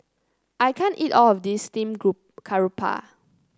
I can't eat all of this Steamed Group Garoupa